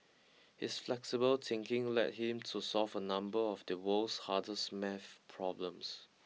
his flexible thinking led him to solve a number of the world's hardest math problems